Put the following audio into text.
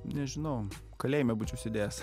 nežinau kalėjime būčiau sėdėjęs